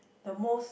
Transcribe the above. the most